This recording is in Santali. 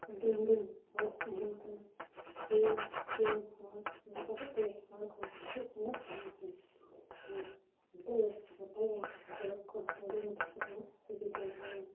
ᱦᱩᱰᱤᱧ ᱦᱩᱰᱤᱧ ᱦᱚᱨ ᱛᱟᱦᱮᱱ ᱠᱟᱱᱟ ᱥᱩᱭᱩᱝ ᱥᱩᱭᱩᱝ ᱦᱚᱨ ᱚᱱᱠᱟ ᱥᱮᱫ ᱛᱮᱜᱮ ᱦᱚᱲ ᱠᱚ ᱦᱤᱡᱩᱜ ᱥᱮᱱᱚᱜ ᱛᱟᱦᱮᱱ ᱠᱟᱱᱟ ᱟᱨ ᱱᱤᱛᱳᱜ ᱫᱚ ᱜᱚᱴᱟ ᱜᱮ ᱥᱚᱲᱚᱠ ᱠᱚ ᱜᱟᱹᱰᱤ ᱢᱚᱴᱚᱨ ᱠᱚᱨᱮᱱᱟᱜ ᱥᱩᱵᱤᱫᱷᱟ ᱦᱩᱭᱱᱟ